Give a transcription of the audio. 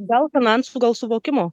gal finansų gal suvokimo